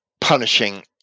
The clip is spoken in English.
punishing